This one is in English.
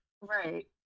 Right